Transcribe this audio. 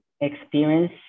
experience